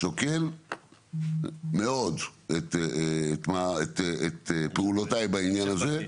שוקל מאוד את פעולותיי בעניין הזה.